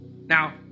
Now